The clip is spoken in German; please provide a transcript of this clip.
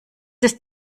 ist